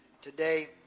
today